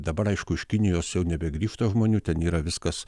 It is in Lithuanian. dabar aišku iš kinijos jau nebegrįžta žmonių ten yra viskas